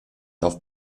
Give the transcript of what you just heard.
auf